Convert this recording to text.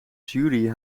jury